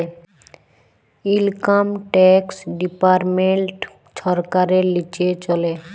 income tax department ছরকারের লিচে চলে